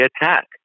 attack